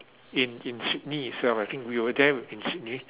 in in Sydney itself I think we were there in Sydney